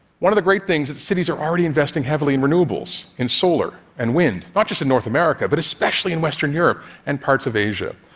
one of the great things is, cities are already investing heavily in renewables in solar and wind not just in north america, but especially in western europe and parts of asia.